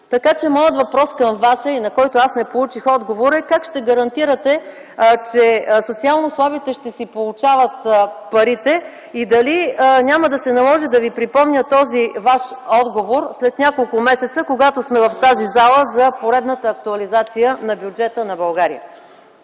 Моят въпрос към Вас, на който не получих отговор, е: как ще гарантирате, че социално слабите ще си получават парите и дали няма да се наложи да ви припомня този Ваш отговор след няколко месеца, когато сме в тази зала за поредната актуализация на бюджета на България?